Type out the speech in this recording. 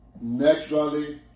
naturally